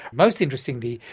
most interestingly,